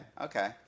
Okay